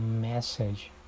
message